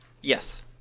Yes